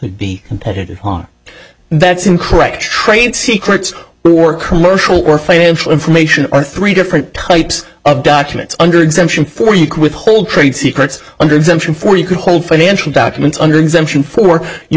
be competitive hard that's incorrect trade secrets were commercial were financial information or three different types of documents under exemption for you can withhold trade secrets under them for you could hold financial documents under exemption for you